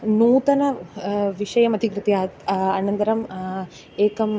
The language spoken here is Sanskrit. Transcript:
नूतन विषयम् अधिकृत्य अनन्तरम् एकं